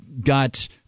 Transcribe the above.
got –